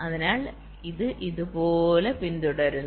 അതിനാൽ ഇത് ഇതുപോലെ പിന്തുടരുന്നു